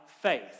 faith